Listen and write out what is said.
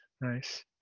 nice